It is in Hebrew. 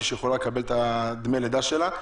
שהיא יכולה לקבל את דמי הלידה שלה,